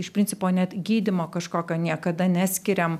iš principo net gydymo kažkokio niekada neskiriam